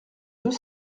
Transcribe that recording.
deux